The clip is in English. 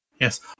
yes